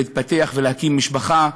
להתפתח ולהקים משפחה,